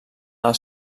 als